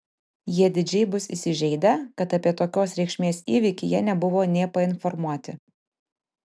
jie didžiai bus įsižeidę kad apie tokios reikšmės įvykį jie nebuvo nė painformuoti